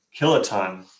kiloton